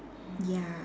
ya